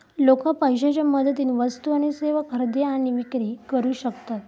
लोका पैशाच्या मदतीन वस्तू आणि सेवा खरेदी आणि विक्री करू शकतत